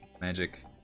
magic